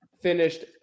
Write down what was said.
finished